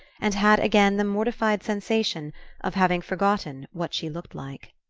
and had again the mortified sensation of having forgotten what she looked like.